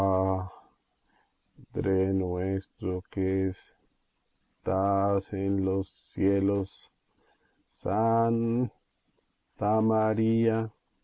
nuestro que es tás en los cielos san